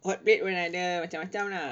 hotplate pun ada macam-macam lah